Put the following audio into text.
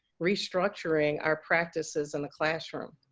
restructuring our practices in the classroom.